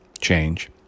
change